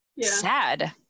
sad